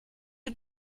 you